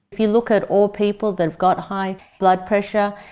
if you look at all people that have got high blood pressure,